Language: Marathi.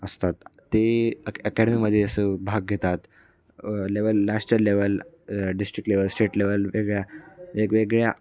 असतात ते अ अकॅडमीमध्ये असं भाग घेतात level national level district level state level वेगळ्या वेगवेगळ्या